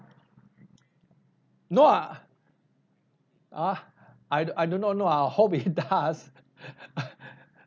no ah !huh! I I do not know ah I hope it does